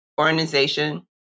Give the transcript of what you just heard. organization